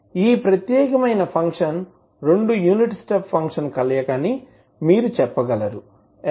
ఈ ప్రత్యేకమైన ఫంక్షన్ రెండు యూనిట్ స్టెప్ ఫంక్షన్ కలయిక అని మీరు చెప్పగలరు ఎలా